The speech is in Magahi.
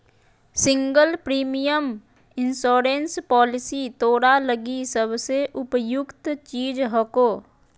सिंगल प्रीमियम इंश्योरेंस पॉलिसी तोरा लगी सबसे उपयुक्त चीज हको